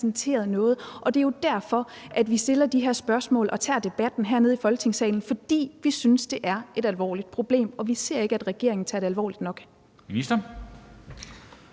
og det er jo derfor, at vi stiller de her spørgsmål og tager debatten hernede i Folketingssalen, for vi synes, det er et alvorligt problem, og vi ser ikke, at regeringen tager det alvorligt nok.